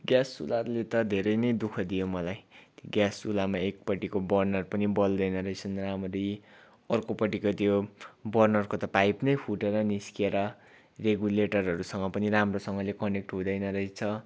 gas चुल्हाले त धेरै नै दुःख दियो मलाई ग्यास चुल्हामा एकपट्टिको बर्नर पनि बल्दैन रहेछन् राम्ररी अर्कोपट्टिको त्यो बर्नरको त पाइप नै फुटेर निस्केर रेगुलेटरहरूसँग पनि राम्रोसँगले कनेक्ट हुँदैन रहेछ